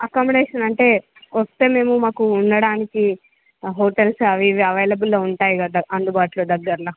accommodation అంటే వస్తే మేము మాకు ఉండడానికి హోటల్స్ అవి ఇవీ అవైలబుల్లో ఉంటాయి కదా అందుబాటులో దగ్గర్లో